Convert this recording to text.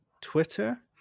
Twitter